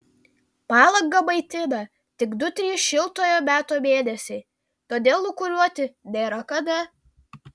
palangą maitina tik du trys šiltojo meto mėnesiai todėl lūkuriuoti nėra kada